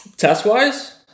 Test-wise